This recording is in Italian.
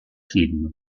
film